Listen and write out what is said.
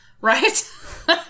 Right